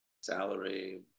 salary